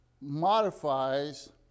modifies